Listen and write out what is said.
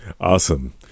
Awesome